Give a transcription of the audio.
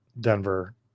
Denver